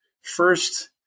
first